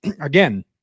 again